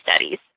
studies